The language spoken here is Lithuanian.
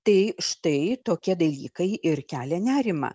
tai štai tokie dalykai ir kelia nerimą